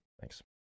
thanks